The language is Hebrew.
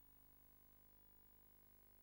חכים חאג' יחיא.